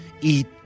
Eat